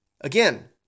Again